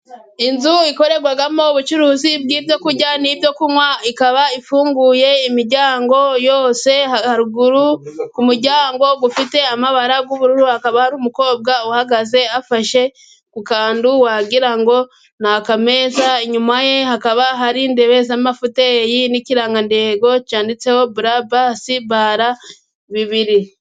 Inzu ikorerwamo ubucuruzi bw'ibyo kurya n'ibyo kunwa, ikaba ifunguye imiryango yose, haruguru ku muryango ufite amabara y'ubururu hakaba hari umukobwa uhagaze, afashe ku kantu wagira ngo ni akameza, inyuma ye hakaba hari intebe z'amafuteyi, n'ikirangantengo cyanditseho brabasibara bibiri.